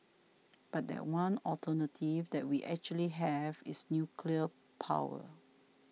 but that one alternative that we actually have is nuclear power